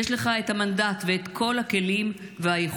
יש לך את המנדט ואת כל הכלים והיכולת.